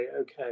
okay